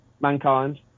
Mankind